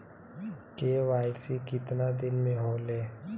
KYC कितना दिन में होले?